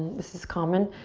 this is common,